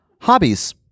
hobbies